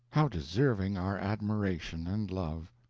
how deserving our admiration and love!